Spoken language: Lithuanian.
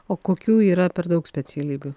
o kokių yra per daug specialybių